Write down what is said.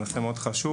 זה נושא מאוד חשוב